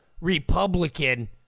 Republican